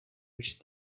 which